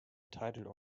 title